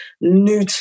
new